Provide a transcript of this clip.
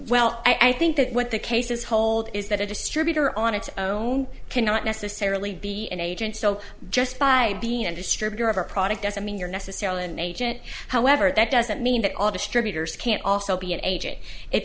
well i think that what the cases hold is that a distributor on its own cannot necessarily be an agent so just by being a distributor of a product doesn't mean you're necessarily an agent however that doesn't mean that all distributors can't also be an agent if